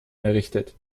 errichtet